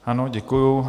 Ano, děkuji.